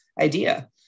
idea